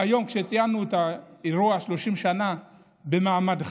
והיום ציינו את אירוע 30 השנה במעמדך,